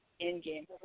Endgame